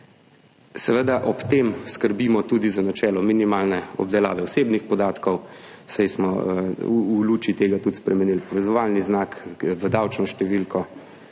Seveda ob tem skrbimo tudi za načelo minimalne obdelave osebnih podatkov, saj smo v luči tega tudi spremenili povezovalni znak v davčno številko,